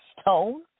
stone